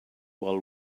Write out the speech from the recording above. while